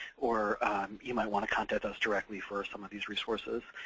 or you might want to contact us directly for some of these resources.